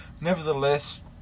nevertheless